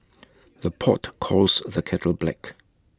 the pot calls the kettle black